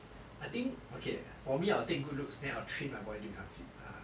I think okay for me I'll take good looks then I will train my body to become fit ah